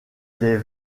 des